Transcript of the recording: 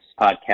podcast